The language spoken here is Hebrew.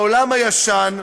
בעולם הישן,